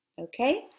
Okay